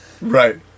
Right